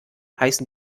heißen